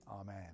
Amen